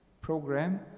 program